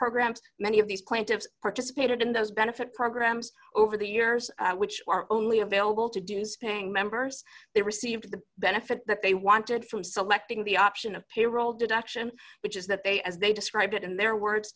programs many of these plaintiffs participated in those benefit programs over the years which are only ringback available to do's paying members they received the benefit that they wanted from selecting the option of payroll deduction which is that they as they describe it in their words